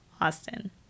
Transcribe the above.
Austin